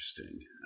Interesting